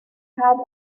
pad